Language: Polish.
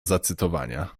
zacytowania